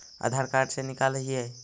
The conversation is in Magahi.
आधार कार्ड से निकाल हिऐ?